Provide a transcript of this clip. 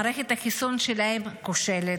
מערכת החיסון שלהם כושלת.